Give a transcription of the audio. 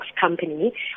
company